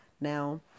Now